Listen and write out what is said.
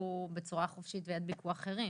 שיסתובבו בצורה חופשית וידביקו אחרים.